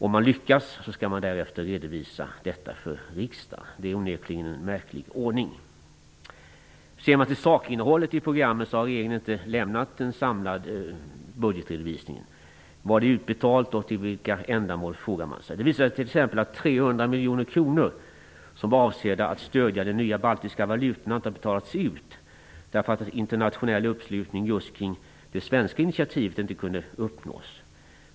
Om man lyckas skall man därefter redovisa detta för riksdagen. Detta är onekligen en märklig ordning. Ser man till sakinnehållet i programmet finner man att regeringen inte har lämnat en samlad budgetredovisning. Vad är utbetalt och till vilka ändamål, frågar man sig. Det visar sig t.ex. att 300 miljoner kronor som var avsedda som stöd för de nya baltiska valutorna inte har betalats ut, därför att internationell uppslutning just kring det svenska initiativet inte kunde uppnås.